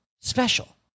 special